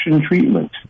treatment